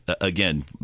again